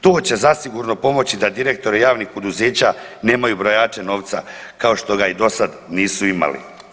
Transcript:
To će zasigurno pomoći da direktore javnih poduzeća nemaju brojače novca, kao što ga i dosad nisu imali.